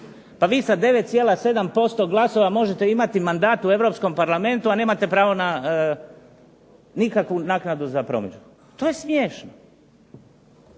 Pa vi sa 9,7% glasova možete imati mandat u europskom Parlamentu a nemate pravo za nikakvu naknadu za promidžbu. Pa to je smiješno.